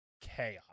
chaos